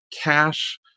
cash